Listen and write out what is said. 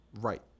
Right